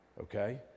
okay